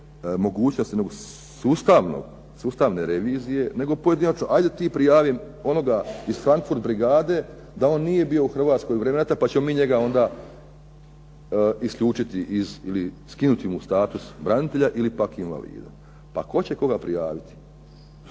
mogućnost sustavne revizije nego pojedinačno. Ajde ti prijavi onoga iz Frankfurt brigade da on nije bio u Hrvatskoj u vrijeme rata pa ćemo mi njega onda isključiti ili skinuti mu status branitelja ili pak invalida. Pa tko će koga prijaviti?